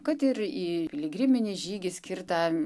kad ir į piligriminį žygį skirtą